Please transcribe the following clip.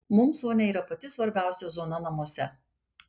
mums vonia yra pati svarbiausia zona namuose